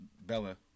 Bella